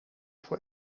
voor